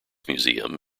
museum